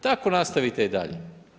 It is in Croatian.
Tako nastavite i dalje.